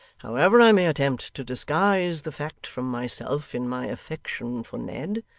however i may attempt to disguise the fact from myself in my affection for ned,